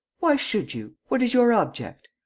why should you? what is your object?